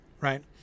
right